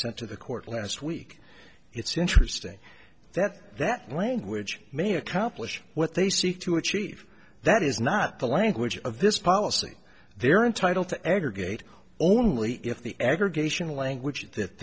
to the court last week it's interesting that that language may accomplish what they seek to achieve that is not the language of this policy they're entitle to aggregate only if the aggregation language that